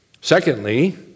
Secondly